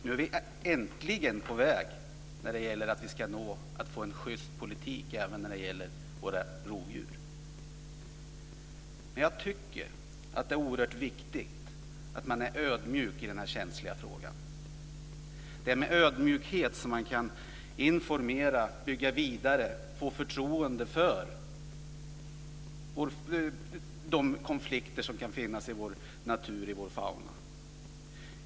Nu är vi äntligen på väg att få en schyst politik när det gäller våra rovdjur. Men jag tycker att det oerhört viktigt att man är ödmjuk i den här känsliga frågan. Det är med ödmjukhet som man kan informera om, bygga vidare på och få förtroende när det gäller de konflikter som kan finnas i vår natur och vår fauna.